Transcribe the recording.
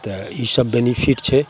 तऽ ईसब बेनिफिट छै